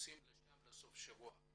שנוסעים לשם לסוף שבוע,